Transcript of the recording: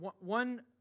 One